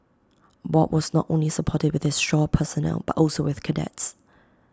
bob was not only supportive with his shore personnel but also with cadets